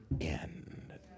end